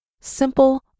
simple